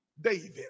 David